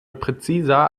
präziser